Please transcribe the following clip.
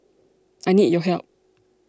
I need your help